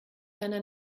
seiner